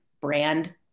brand